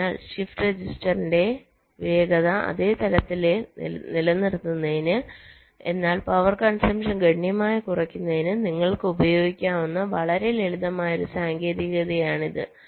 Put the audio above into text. അതിനാൽ ഷിഫ്റ്റ് രജിസ്റ്ററിന്റെ വേഗത അതേ തലത്തിൽ നിലനിർത്തുന്നതിന് എന്നാൽ പവർ കൺസംപ്ഷൻ ഗണ്യമായി കുറയ്ക്കുന്നതിന് നിങ്ങൾക്ക് ഉപയോഗിക്കാവുന്ന വളരെ ലളിതമായ ഒരു സാങ്കേതികതയാണിത്